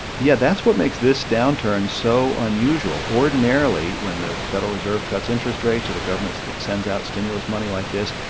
yeah, that's what makes this downturn so unusual. ordinarily when the federal reserve cuts interest rates or the government so sends out stimulus money like this,